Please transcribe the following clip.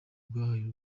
bwahaye